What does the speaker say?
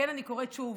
אני קוראת שוב